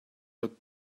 look